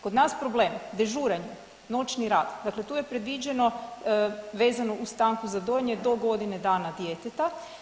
Kod nas problem dežuranje, noćni rad, dakle tu je predviđeno vezno uz stanku za dojenje do godine dana djeteta.